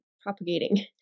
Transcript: propagating